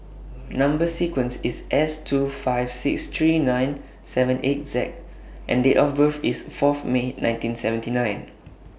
Number sequence IS S two five six three nine seven eight Z and Date of birth IS Fourth May nineteen seventy nine